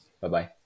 bye-bye